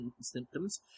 symptoms